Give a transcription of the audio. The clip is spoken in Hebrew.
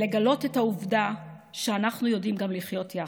לגלות את העובדה שאנחנו יודעים גם לחיות יחד.